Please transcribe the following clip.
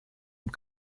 und